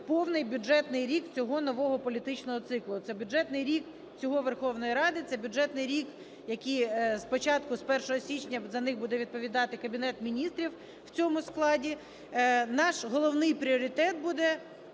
повний бюджетний рік цього нового політичного циклу. Це бюджетний рік цієї Верховної Ради, це бюджетний рік, який з початку, з 1 січня, за них буде відповідати Кабінет Міністрів у цьому складі. Наш головний пріоритет буде